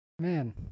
Man